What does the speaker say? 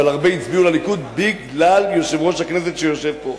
אבל הרבה הצביעו לליכוד בגלל יושב-ראש הכנסת שיושב פה.